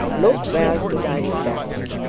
look well to thyself,